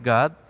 God